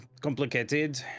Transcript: complicated